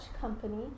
company